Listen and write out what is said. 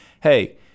hey